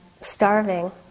starving